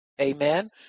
Amen